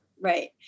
Right